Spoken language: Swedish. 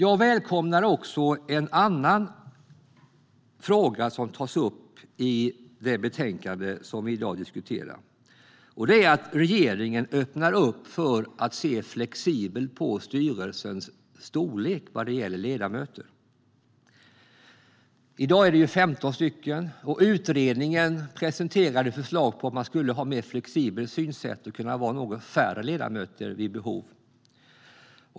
Jag välkomnar också en annan fråga som tas upp i det betänkande vi i dag diskuterar, nämligen att regeringen öppnar för att se flexibelt på styrelsens storlek vad gäller ledamöter. I dag är de 15. Utredningen har presenterat förslag på ett mer flexibelt synsätt och att vid behov ha färre ledamöter.